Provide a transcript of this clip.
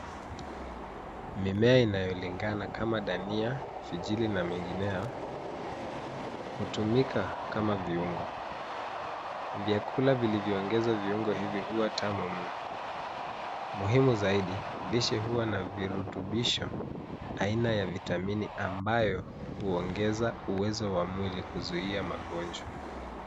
Mimea inayolingina kama dania, fijili na mengineo hutumika kama viungo. Vyakula vilivyoongezwa viungo hivyo huwa tamu mno. Muhimu zaidi, lishe huwa na virutubisho aina ya vitamini ambayo huongeza uwezo wa mwili kuzuia magonjwa.